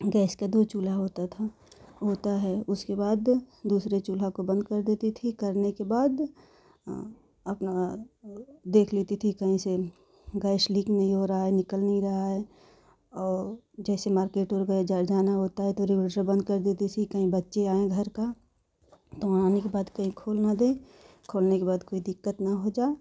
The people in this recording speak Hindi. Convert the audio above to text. गैस के दो चूल्हा होता था होता है उसके बाद दूसरे चूल्हा को बंद कर देती थी करने के बाद अपना देख लेती थी कहीं से गैस लीक नहीं हो रहा है निकल नहीं रहा है जैसे मार्केट जाना होता है तो उस बंद कर देती थी कि बच्चे आए घर का तो आने बाद के खोल ना दे खोलने के बाद कोई दिक्कत नहीं हो जाए